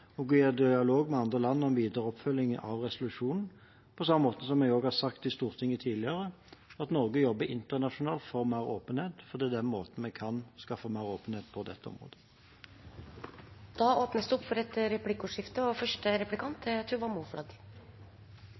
og gå i dialog med andre land om videre oppfølging av resolusjonen, på samme måte som jeg har sagt i Stortinget tidligere, at Norge jobber internasjonalt for mer åpenhet, for på den måten å skaffe mer åpenhet på dette området. Det blir replikkordskifte. Som statsråden selv var inne på, ble det i mai i år fattet et